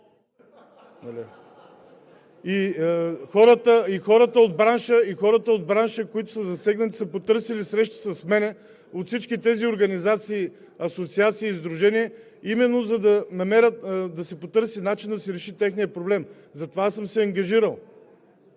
Хората от бранша, които са засегнати, са потърсили срещи с мен – от всички тези организации, асоциации и сдружения, именно за да се потърси начин да се реши техният проблем. Затова аз съм се ангажирал